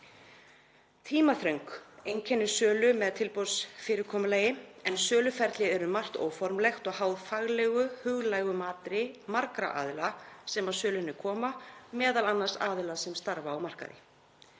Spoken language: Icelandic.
Tímaþröng einkennir sölu með tilboðsfyrirkomulagi en söluferlið er um margt óformlegt og háð faglegu huglægu mati margra aðila sem að sölunni koma, m.a. aðila sem starfa á markaði.